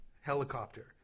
helicopter